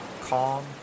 calm